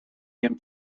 him